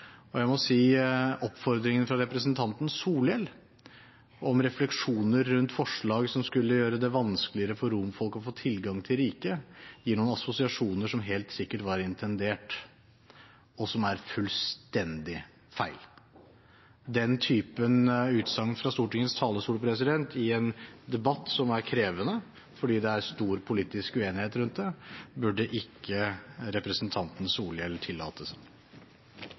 Og jeg må si at oppfordringen fra representanten Solhjell om refleksjoner rundt forslag som skulle gjøre det vanskeligere for romfolk å få tilgang til riket, gir noen assosiasjoner som helt sikkert var intendert, men som er fullstendig feil. Den typen utsagn fra Stortingets talerstol i en debatt som er krevende fordi det er stor politisk uenighet rundt den, burde ikke representanten Solhjell tillate seg.